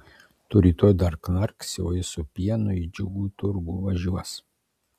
tu rytoj dar knarksi o jis su pienu į džiugų turgų važiuos